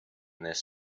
this